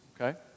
Okay